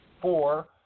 four